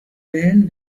wellen